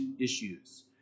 issues